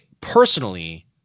personally